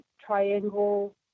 triangle